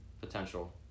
potential